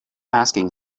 asking